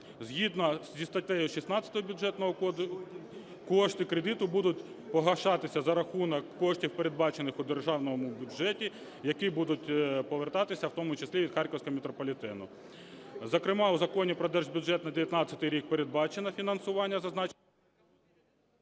Згідно зі статтею 16 Бюджетного… кошти кредиту будуть погашатися за рахунок коштів, передбачених у державному бюджеті, які будуть повертатися в тому числі із харківського метрополітену. Зокрема, у Законі про держбюджет на 19-й рік передбачене фінансування, зазначене…